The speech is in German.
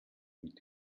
mit